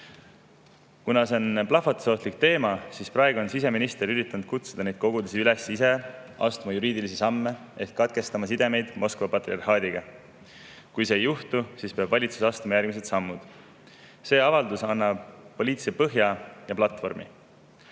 Kuna see on plahvatusohtlik teema, siis on siseminister üritanud kutsuda neid kogudusi üles ise astuma juriidilisi samme ehk katkestama sidemeid Moskva patriarhaadiga. Kui seda ei juhtu, siis peab valitsus astuma järgmised sammud. See avaldus annab poliitilise põhja ja platvormi.